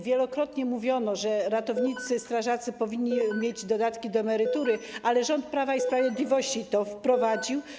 Wielokrotnie mówiono, że strażacy ratownicy powinni mieć dodatki do emerytury, ale rząd Prawa i Sprawiedliwości to wprowadził.